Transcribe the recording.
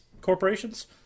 corporations